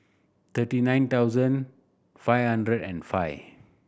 thirty nine thousand five hundred and five